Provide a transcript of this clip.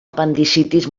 apendicitis